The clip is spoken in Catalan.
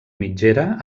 mitgera